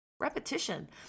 Repetition